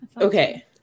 Okay